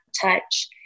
touch